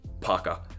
parker